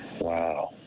Wow